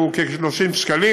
שהוא כ-30 שקלים.